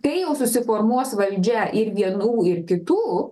kai jau susiformuos valdžia ir vienų ir kitų